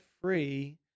free